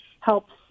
helps